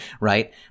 right